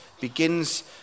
begins